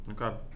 Okay